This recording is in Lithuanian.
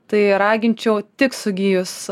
tai raginčiau tik sugijus